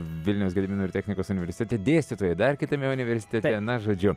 vilniaus gedimino ir technikos universitete dėstytojai dar kitame universitete na žodžiu